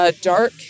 Dark